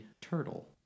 turtle